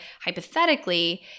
hypothetically